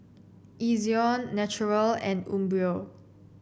Ezion Naturel and Umbro